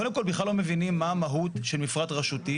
קודם כל בכלל לא מבינים מה המהות של מפרט רשותי